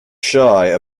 shy